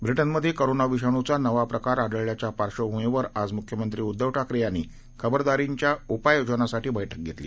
ब्रिटनमध्येकोरोनाविषाणूचानवाप्रकारआढळल्याच्यापार्श्वभूमीवरआजम्ख्यमंत्रीउद्धवठाकरे यांनीखबरदारीच्याउपाययोजनांसाठीबैठकघेतली